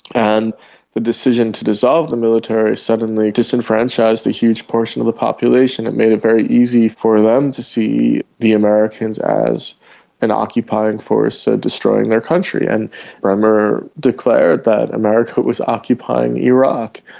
and the decision to dissolve the military suddenly disenfranchised a huge portion of the population, it made it very easy for them to see the americans as an occupying force ah destroying their country. and bremer declared that america was occupying iraq.